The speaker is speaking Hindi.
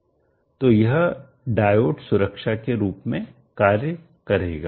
तो यह डायोड सुरक्षा के रूप में कार्य करेगा